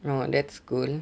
oh that's cool